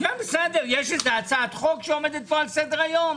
יש איזו הצעת חוק שעומדת פה על סדר היום?